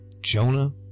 Jonah